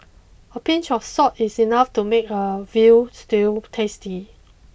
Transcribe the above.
a pinch of salt is enough to make a veal stew tasty